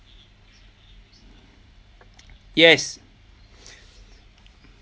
yes